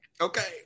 okay